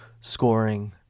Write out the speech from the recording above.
scoring